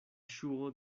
ŝuo